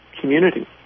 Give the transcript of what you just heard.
community